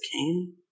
came